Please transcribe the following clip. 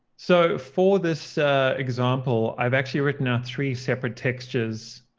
so for this example, i've actually written out three separate textures.